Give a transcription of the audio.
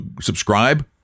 subscribe